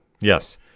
Yes